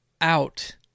out